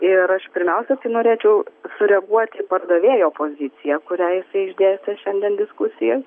ir aš pirmiausia tai norėčiau sureaguoti į pardavėjo poziciją kurią jisai išdėstė šiandien diskusijoj